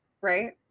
right